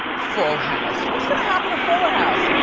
full house, what's gonna happen to fuller house?